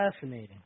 fascinating